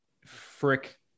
Frick